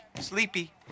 Sleepy